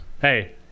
Hey